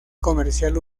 comercial